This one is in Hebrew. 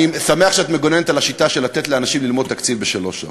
אני שמח שאת מגוננת על השיטה של לתת לאנשים ללמוד תקציב בשלוש שעות.